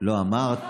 לא אמרתי את זה.